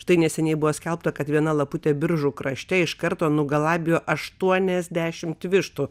štai neseniai buvo skelbta kad viena laputė biržų krašte iš karto nugalabijo aštuoniasdešimt vištų